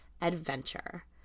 adventure